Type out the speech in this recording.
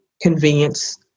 convenience